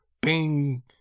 Bing